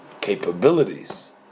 capabilities